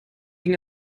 ging